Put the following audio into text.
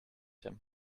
him